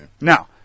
Now